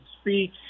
speech